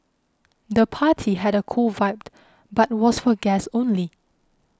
the party had a cool vibe but was for guests only